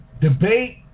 debate